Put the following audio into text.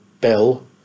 bill